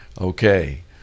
Okay